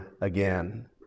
again